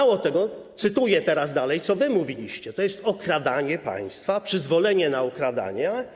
Mało tego, cytuję teraz dalej to, co wy mówiliście: To jest okradanie państwa, przyzwolenie na okradanie.